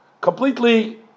completely